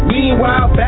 Meanwhile